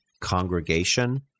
congregation